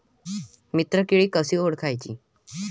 मित्र किडी कशी ओळखाची?